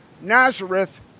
Nazareth